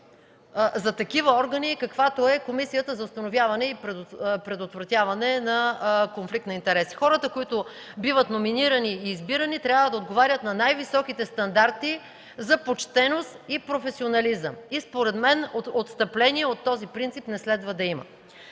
за такива органи, каквато е Комисията по предотвратяване и установяване на конфликт на интереси. Хората, които биват номинирани и избирани, трябва да отговарят на най-високите стандарти за почтеност и професионализъм. Според мен отстъпление от този принцип не следва да има.